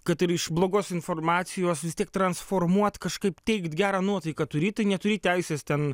kad ir iš blogos informacijos vis tiek transformuot kažkaip teikt gerą nuotaiką turi tu neturi teisės ten